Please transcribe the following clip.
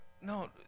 no